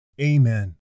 Amen